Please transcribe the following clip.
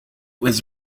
was